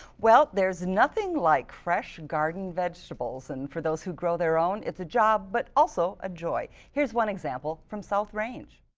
well, there is nothing like fresh garden vegetables. and for those who grow their own, it's a job, but also a joy. here's one example from south range.